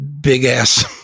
big-ass